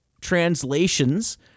translations